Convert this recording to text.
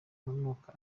urunuka